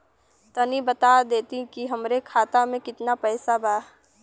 तनि बता देती की हमरे खाता में कितना पैसा बा?